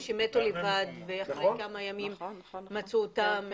שמתו לבד ורק אחרי כמה ימים מצאו אותם.